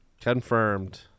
confirmed